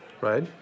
right